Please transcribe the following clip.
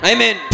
Amen